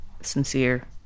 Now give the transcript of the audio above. sincere